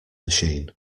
machine